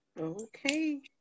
Okay